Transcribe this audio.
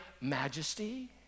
majesty